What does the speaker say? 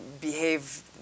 behave